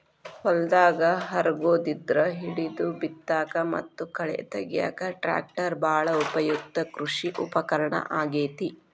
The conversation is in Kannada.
ಹೊಲದಾಗ ಹರಗೋದ್ರಿಂದ ಹಿಡಿದು ಬಿತ್ತಾಕ ಮತ್ತ ಕಳೆ ತಗ್ಯಾಕ ಟ್ರ್ಯಾಕ್ಟರ್ ಬಾಳ ಉಪಯುಕ್ತ ಕೃಷಿ ಉಪಕರಣ ಆಗೇತಿ